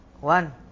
One